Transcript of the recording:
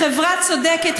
חברה צודקת,